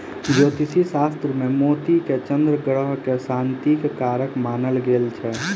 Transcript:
ज्योतिष शास्त्र मे मोती के चन्द्र ग्रह के शांतिक कारक मानल गेल छै